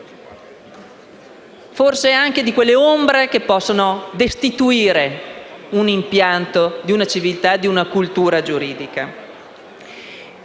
È una di quelle ombre che possono destituire l'impianto di una civiltà e di una cultura giuridica.